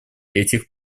этих